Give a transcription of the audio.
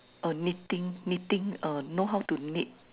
uh knitting knitting uh know how to knit